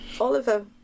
Oliver